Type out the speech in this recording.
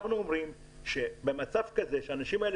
אנחנו אומרים שבמצב כזה שהאנשים האלה